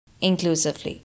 inclusively